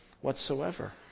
whatsoever